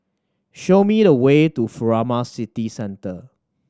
show me the way to Furama City Centre